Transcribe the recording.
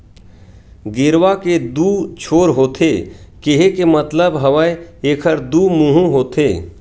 गेरवा के दू छोर होथे केहे के मतलब हवय एखर दू मुहूँ होथे